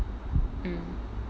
mm